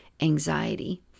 anxiety